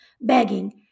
begging